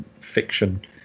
fiction